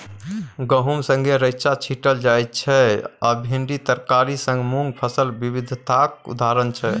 गहुम संगै रैंचा छीटल जाइ छै आ भिंडी तरकारी संग मुँग फसल बिबिधताक उदाहरण छै